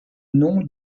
nom